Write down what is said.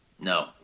no